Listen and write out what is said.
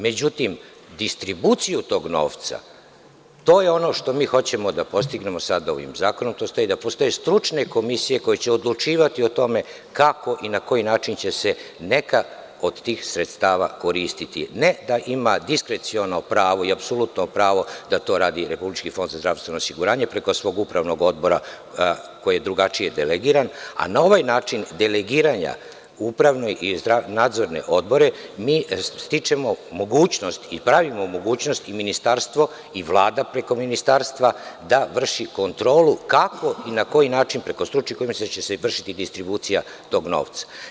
Međutim, distribuciju tog novca, to je ono što mi hoćemo da postignemo sada ovim zakonom, da postoje stručne komisije koje će odlučivati o tome kako i na koji način će se neka od tih sredstava koristiti, ne da ima diskreciono pravo i apsolutno pravo da to radi RFZO preko svog Upravnog odbora, koji je drugačije delegiran, a na ovaj način delegiranja u upravne i nadzorne odbore, mi stičemo mogućnost i pravimo mogućnosti i Ministarstvo i Vlada preko Ministarstva da vrši kontrolu kako i na koji način preko stručnih komisija će se vršiti distribucija tog novca.